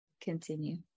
Continue